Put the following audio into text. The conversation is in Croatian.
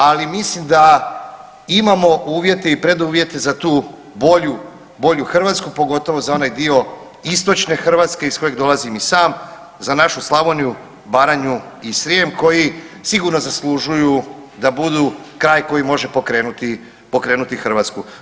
Ali mislim da imamo uvjete i preduvjete za tu bolju Hrvatsku, pogotovo za onaj dio istočne Hrvatske iz kojeg dolazim i sam, za našu Slavoniju, Baranju i Srijem koji sigurno zaslužuju da budu kraj koji može pokrenuti Hrvatsku.